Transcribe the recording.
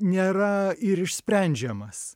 nėra ir išsprendžiamas